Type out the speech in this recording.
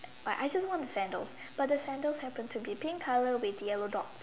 like I just want the sandals but the sandals happened to be pink color with yellow dots